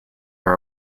are